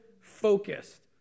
focused